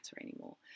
anymore